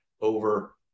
over